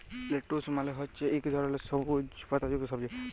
lettuce মালে হছে ইক ধরলের সবুইজ পাতা যুক্ত সবজি